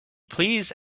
please